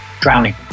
Drowning